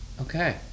okay